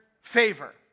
favor